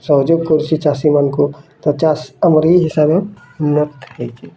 ସହଯୋଗ କରୁଛି ସେମାନଙ୍କୁ ପଚାଶ୍ ଆମର୍ ଏଇ ହିସାବ୍ ଉନ୍ନତ ହେଇଛି